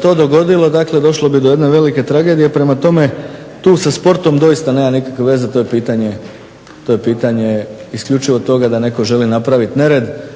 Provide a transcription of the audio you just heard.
to dogodilo, dakle došlo bi do jedne velike tragedije. Prema tome, tu sa sportom doista nema nikakve veze. To je pitanje isključivo toga da netko želi napraviti nered